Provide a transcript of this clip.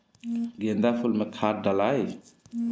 गेंदा फुल मे खाद डालाई?